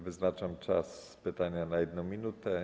Wyznaczam czas pytania na 1 minutę.